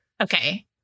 okay